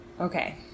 Okay